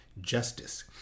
justice